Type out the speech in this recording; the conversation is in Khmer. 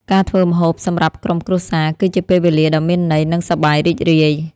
ការធ្វើម្ហូបសម្រាប់ក្រុមគ្រួសារ គឺជាពេលវេលាដ៏មានន័យ និងសប្បាយរីករាយ។